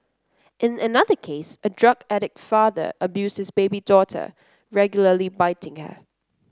in another case a drug addict father abuses his baby daughter regularly biting her